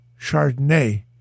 Chardonnay